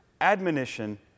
admonition